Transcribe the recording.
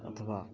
अथवा